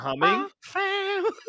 humming